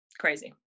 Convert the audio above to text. crazy